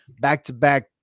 back-to-back